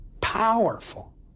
Powerful